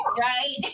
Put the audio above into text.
right